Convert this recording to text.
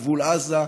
בגבול עזה,